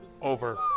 over